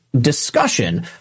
discussion